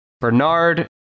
Bernard